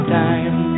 time